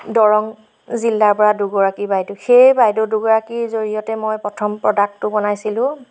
দৰং জিলাৰ পৰা দুগৰাকী বাইদেউ সেই বাইদেউ দুগৰাকীৰ জৰিয়তে মই প্ৰথম প্ৰডাক্টটো বনাইছিলোঁ